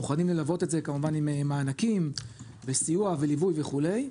ללוות את זה כמובן עם מענקים וסיוע וליווי וכולי.